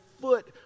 foot